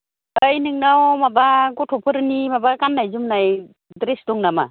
ओय नोंनाव माबा गथ'फोरनि माबा गान्नाय जोमनाय द्रेस दं नामा